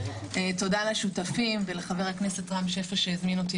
תודה לשותפים ולחבר הכנסת רם שפע שהזמין אותי